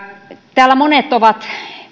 täällä monet ovat